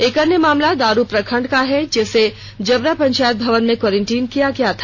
एक अन्य मामला दारू प्रखंड का है जिसे जबरा पंचायत भवन में क्वॅरिंटाइन किया गया था